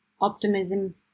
optimism